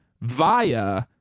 via